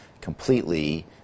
completely